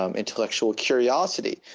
um intellectual curiosity,